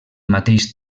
mateix